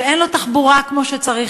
שאין לו תחבורה כמו שצריך,